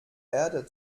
erde